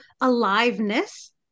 aliveness